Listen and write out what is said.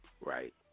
Right